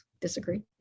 Disagree